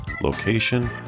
location